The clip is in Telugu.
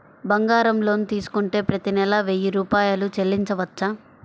బంగారం లోన్ తీసుకుంటే ప్రతి నెల వెయ్యి రూపాయలు చెల్లించవచ్చా?